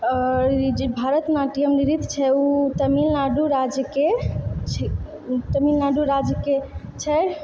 आओर ई जे भरतनाट्यम नृत्य छै ओ तमिलनाडू राज्यके तमिलनाडू राज्यके छै